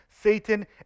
Satan